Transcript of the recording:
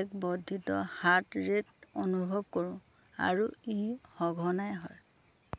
এক বৰ্ধিত heart rate অনুভৱ কৰোঁ আৰু ই সঘনাই হয়